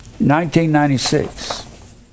1996